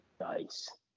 Nice